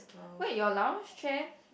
wait your lounge chair